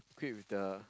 quit with the